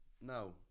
Now